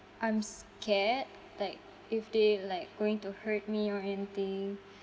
I'm scared like if they like going to hurt me or anything